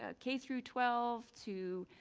ah k through twelve, to